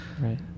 Right